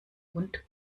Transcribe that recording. und